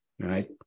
right